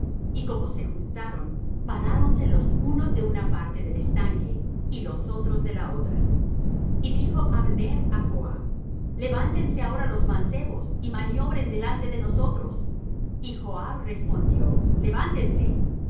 y como se juntaron paráronse los unos de la una parte del estanque y los otros de la otra y dijo abner á joab levántense ahora los mancebos y maniobren delante de nosotros y joab respondió levántense